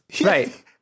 Right